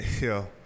Yo